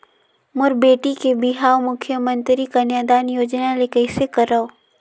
मोर बेटी के बिहाव मुख्यमंतरी कन्यादान योजना ले कइसे करव?